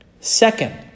Second